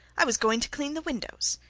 i was going to clean the windows.